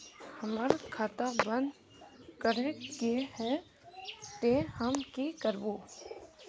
हमर खाता बंद करे के है ते हम की करबे?